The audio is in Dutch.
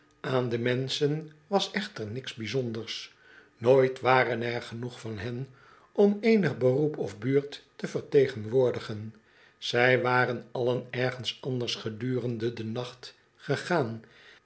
aan de menschen was echter niets bijzonders nooit waren er genoeg van hen om eenig beroep of buurt te vertegenwoordigen zij waren allen ergens anders gedurende den nacht gegaan